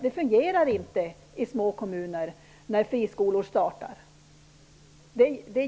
Det fungerar inte när man startar friskolor i små kommuner.